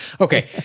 Okay